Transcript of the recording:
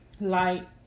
light